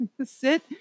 sit